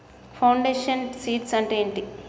Foundation seeds అంటే ఏంటి?